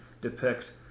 depict